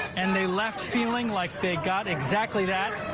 and they left feeling like they got exactly that.